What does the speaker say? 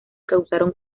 causaron